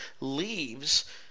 leaves